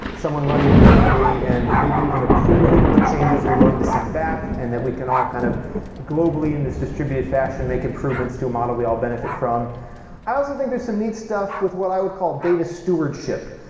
someone running it locally and maybe even approving what changes they're willing to send back and that we can all kind of globally in this distributed fashion make improvements to a model we all benefit from i also think there's some neat stuff with what i would call data stewardship.